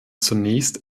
zunächst